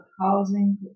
housing